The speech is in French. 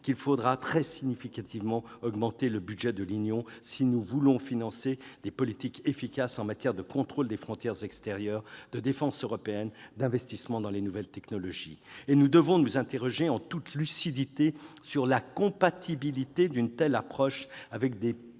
qu'il faudra très significativement augmenter le budget de l'Union si nous voulons financer des politiques efficaces en matière de contrôle des frontières extérieures, de défense européenne, d'investissement dans les nouvelles technologies. Et nous devons nous interroger, en toute lucidité, sur la compatibilité d'une telle approche avec des